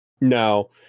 No